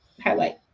highlight